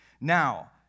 Now